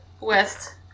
west